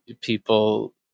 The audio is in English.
People